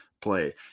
play